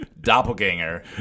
doppelganger